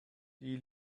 die